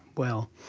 well,